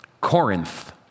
Corinth